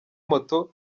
moto